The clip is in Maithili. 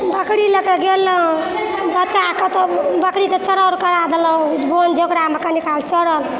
बकरी लऽ कऽ गेलहुँ बच्चा कतहु बकरीकेँ चरौर करा देलहुँ बोन झोकड़ामे कनिकाल चड़ल